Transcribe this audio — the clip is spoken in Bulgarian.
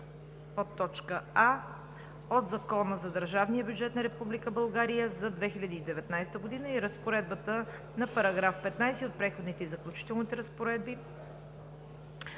подточка „а“ от Закона за държавния бюджет на Република България за 2019 г. и разпоредбата на § 15 от Преходните и заключителните разпоредби